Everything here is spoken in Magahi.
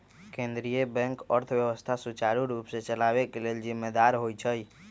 केंद्रीय बैंक अर्थव्यवस्था सुचारू रूप से चलाबे के लेल जिम्मेदार होइ छइ